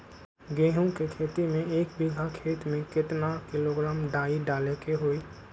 गेहूं के खेती में एक बीघा खेत में केतना किलोग्राम डाई डाले के होई?